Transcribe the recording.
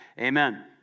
Amen